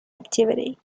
activity